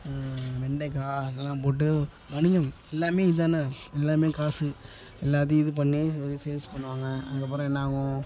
வெண்டைக்காய் அதெல்லாம் போட்டு வணிகம் எல்லாமே இதான் எல்லாமே காசு எல்லாத்தேயும் இது பண்ணி சேல்ஸ் பண்ணுவாங்க அதுக்கப்புறம் என்னாகும்